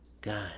god